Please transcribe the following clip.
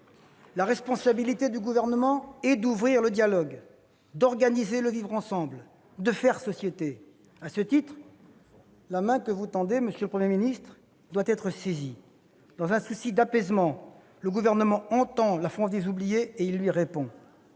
La responsabilité du Gouvernement est d'ouvrir le dialogue, d'organiser le vivre ensemble, de faire société. À ce titre, la main que vous tendez, monsieur le Premier ministre, doit être saisie. Dans un souci d'apaisement, le Gouvernement entend la France des oubliés et lui répond.